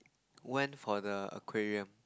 went for the Aquarium